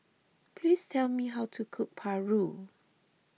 please tell me how to cook Paru